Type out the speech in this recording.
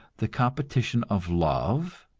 the competition of love,